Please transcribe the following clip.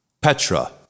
Petra